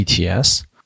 ETS